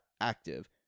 active